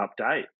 update